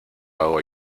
hago